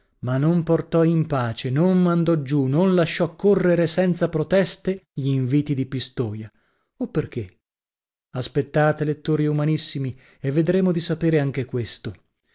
ma non portò in pace non mandò giù non lasciò correre senza proteste gl'inviti di pistoia o perchè aspettate lettori umanesimi e vedremo di sapere anche questo